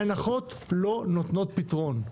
הנחות לא נותנות פתרון.